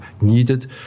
needed